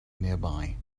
nearby